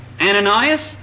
Ananias